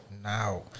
Now